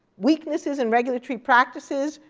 weaknesses in regulatory practices,